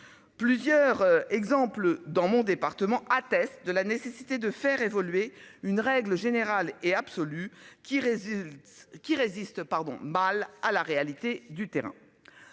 Plusieurs exemples dans mon département attestent de la nécessité de faire évoluer une règle générale et absolue qui résiste. Qui résiste pardon,